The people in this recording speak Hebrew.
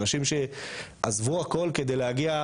זה אנשים שעזבו הכול כדי להגיע,